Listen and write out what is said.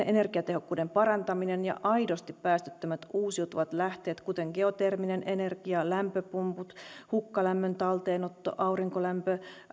energiatehokkuuden parantaminen ja aidosti päästöttömät uusiutuvat lähteet kuten geoterminen energia lämpöpumput hukkalämmön talteenotto aurinkolämpö